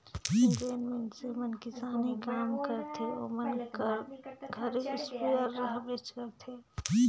जेन मइनसे मन किसानी काम करथे ओमन कर घरे इस्पेयर रहबेच करथे